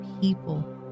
people